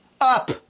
up